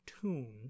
tune